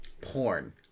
Porn